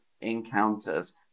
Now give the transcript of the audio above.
encounters